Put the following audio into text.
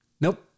Nope